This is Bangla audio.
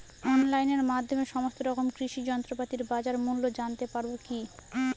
অনলাইনের মাধ্যমে সমস্ত রকম কৃষি যন্ত্রপাতির বাজার মূল্য জানতে পারবো কি?